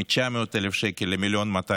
מ-900,000 שקל ל-1.2